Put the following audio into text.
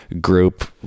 group